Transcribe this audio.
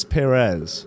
Perez